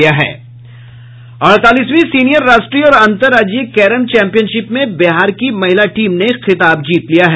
अड़तालीसवीं senior राष्ट्रीय और अंतराज्यीय कैरम चैम्पियनशिप में बिहार की महिला टीम ने खिताब जीत लिया है